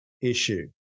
issue